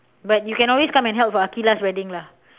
but you can always come and help for Aqilah's wedding lah